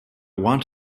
want